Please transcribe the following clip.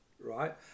right